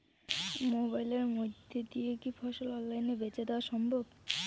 মোবাইলের মইধ্যে দিয়া কি ফসল অনলাইনে বেঁচে দেওয়া সম্ভব?